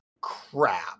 crap